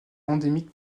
endémique